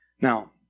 Now